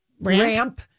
Ramp